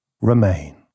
remain